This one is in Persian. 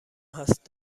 هست